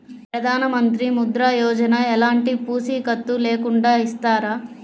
ప్రధానమంత్రి ముద్ర యోజన ఎలాంటి పూసికత్తు లేకుండా ఇస్తారా?